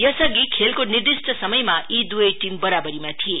यसअघि खेलको निर्दित्व समयमा यी दुवै टीम बरावरीमा थिए